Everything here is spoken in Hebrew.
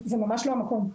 זה ממש לא המקום,